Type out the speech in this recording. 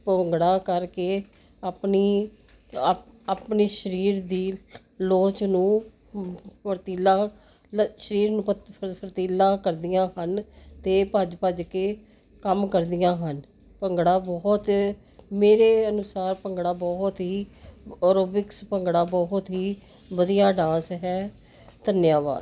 ਭੋਗੜਾ ਕਰਕੇ ਆਪਣੀ ਆਪਣੀ ਸਰੀਰ ਦੀ ਲੋਚ ਨੂੰ ਫੁਰਤੀਲਾ ਸਰੀਰ ਨੂੰ ਫਰ ਫਰਤੀਲਾ ਕਰਦੀਆਂ ਹਨ ਤੇ ਭੱਜ ਭੱਜ ਕੇ ਕੰਮ ਕਰਦੀਆਂ ਹਨ ਭੰਗੜਾ ਬਹੁਤ ਮੇਰੇ ਅਨੁਸਾਰ ਭੰਗੜਾ ਬਹੁਤ ਹੀ ਔਰਬਿਕਸ ਭੰਗੜਾ ਬਹੁਤ ਹੀ ਵਧੀਆ ਡਾਂਸ ਹੈ ਧਨਵਾਦ